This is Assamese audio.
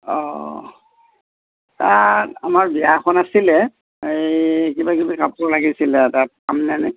অঁ আমাৰ বিয়া এখন আছিলে এই কিবা কিবি কাপোৰ লাগিছিলে তাত পামনে নাই